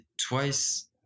twice